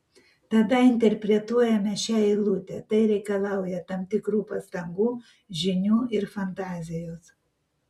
tada interpretuojame šią eilutę tai reikalauja tam tikrų pastangų žinių ir fantazijos